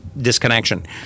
disconnection